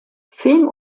film